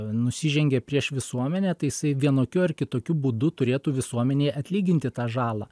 nusižengė prieš visuomenę tai jisai vienokiu ar kitokiu būdu turėtų visuomenei atlyginti tą žalą